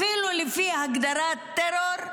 אפילו לפי ההגדרה "טרור"